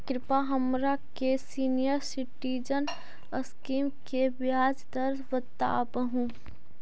कृपा हमरा के सीनियर सिटीजन स्कीम के ब्याज दर बतावहुं